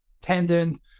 tendon